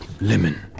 Lemon